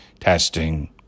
testing